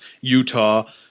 Utah